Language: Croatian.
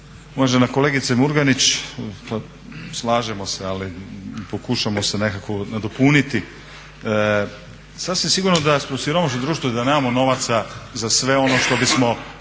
Uvažena kolegice Murganić slažemo se, ali pokušajmo se nekako nadopuniti. Sasvim sigurno da smo siromašno društvo i da nemamo novaca za sve ono što bismo